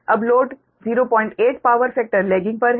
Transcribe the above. अब load 08 power factor lagging पर है